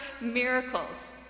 miracles